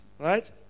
right